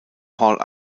paul